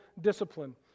discipline